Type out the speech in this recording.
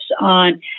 on